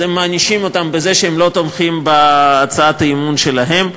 ואז היא מענישה אותם בזה שהיא לא תומכת בהצעת האי-אמון שלהם.